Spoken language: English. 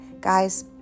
Guys